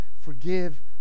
forgive